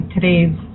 today's